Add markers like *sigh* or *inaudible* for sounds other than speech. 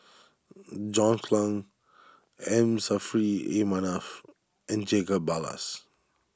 *hesitation* John Clang M Saffri A Manaf and Jacob Ballas